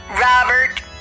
Robert